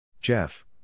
Jeff